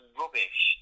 rubbish